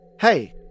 Hey